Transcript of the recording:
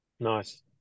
Nice